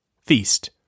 feast